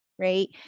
Right